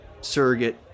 surrogate